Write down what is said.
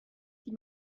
die